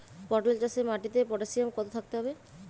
পটল চাষে মাটিতে পটাশিয়াম কত থাকতে হবে?